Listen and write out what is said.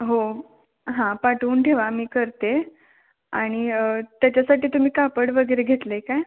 हो हां पाठवून ठेवा मी करते आणि त्याच्यासाठी तुम्ही कापड वगैरे घेतलं आहे काय